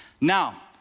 Now